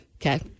Okay